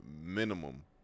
Minimum